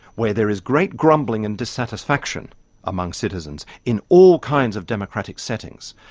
where there is great grumbling and dissatisfaction among citizens in all kinds of democratic settings.